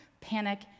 panic